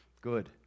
Good